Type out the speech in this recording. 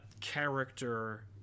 character